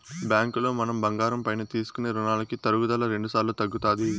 బ్యాంకులో మనం బంగారం పైన తీసుకునే రునాలకి తరుగుదల రెండుసార్లు తగ్గుతాది